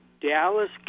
Dallas